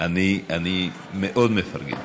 אני מאוד מפרגן.